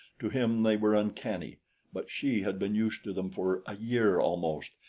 to him they were uncanny but she had been used to them for a year almost,